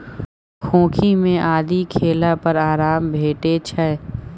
खोंखी मे आदि खेला पर आराम भेटै छै